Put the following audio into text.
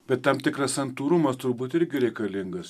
bet tam tikras santūrumas turbūt irgi reikalingas